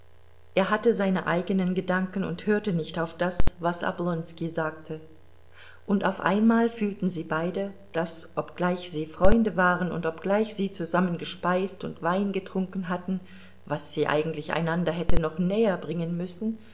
er hatte seine eigenen gedanken und hörte nicht auf das was oblonski sagte und auf einmal fühlten sie beide daß obgleich sie freunde waren und obgleich sie zusammen gespeist und wein getrunken hatten was sie eigentlich einander hätte noch näherbringen müssen